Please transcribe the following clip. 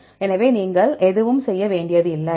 எனவே நீங்கள் எதுவும் செய்ய வேண்டியதில்லை